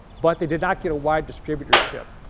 but they did not get a wide distributorship.